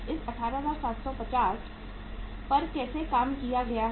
इस 18750 पर कैसे काम किया गया है